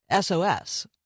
SOS